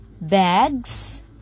bags